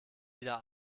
wieder